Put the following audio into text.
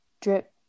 Drip